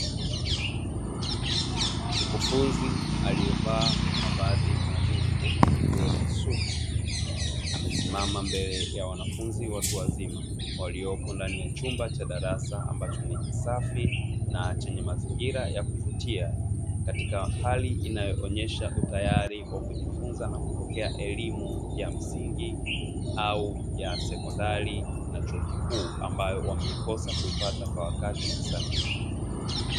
Mkufunzi aliyevaa mavazi nadhifu ikiwemo suti, amesimama mbele ya wanafunzi watu wazima waliopo ndani ya chumba cha darasa ambacho ni kisafi na chenye mazingira ya kuvutia katika hali inayoonyesha utayari wa kujifunza na kupokea elimu ya msingi au ya sekondari na chuo kikuu ambayo wameikosa kuipata kwa wakati sahihi.